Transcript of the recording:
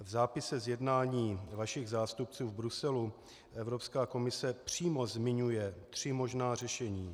V zápise z jednání vašich zástupců v Bruselu Evropská komise přímo zmiňuje tři možná řešení.